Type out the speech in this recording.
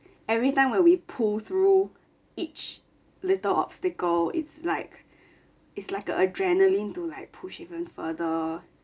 everytime when we pull through each little obstacle it's like it's like a adrenaline to like push even further